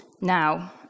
Now